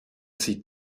sie